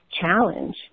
challenge